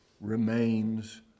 remains